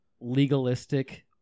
legalistic